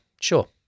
sure